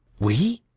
we?